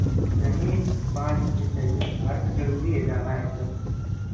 नहीं पाँच दिन की चाहिए वर्क ज़रूरी है जाना एकदम